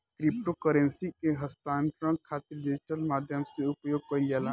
crypto currency के हस्तांतरण खातिर डिजिटल माध्यम से उपयोग कईल जाला